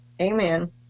Amen